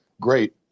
great